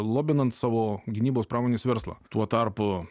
lobinant savo gynybos pramonės verslą tuo tarpu